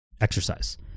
exercise